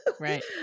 Right